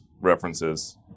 references